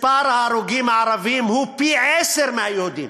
מספר ההרוגים הערבים הוא פי-עשרה מהיהודים.